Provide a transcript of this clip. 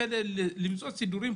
שמסביר את הצורך.